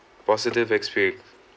positive experience